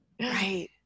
Right